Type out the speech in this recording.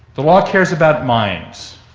the law cares about minds.